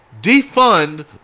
defund